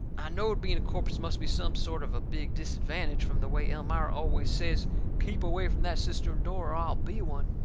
i knowed being a corpse must be some sort of a big disadvantage from the way elmira always says keep away from that cistern door or i'll be one.